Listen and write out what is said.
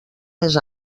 més